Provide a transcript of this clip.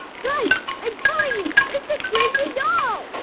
guys, i'm telling you. it's the crazy doll!